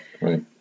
right